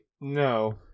No